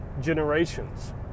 generations